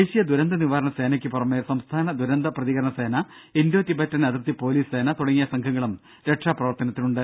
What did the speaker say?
ദേശീയ ദുരന്തനിവാരണ സേനയ്ക്കുപുറമെ സംസ്ഥാന ദുരന്ത പ്രതികരണ സേന ഇൻഡോ ടിബറ്റൻ അതിർത്തി പൊലിസ് സേന തുടങ്ങിയ സംഘങ്ങളും രക്ഷാപ്രവർത്തനത്തിനുണ്ട്